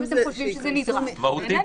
אם אתם חושבים שזה נדרש, בעינינו לא צריך.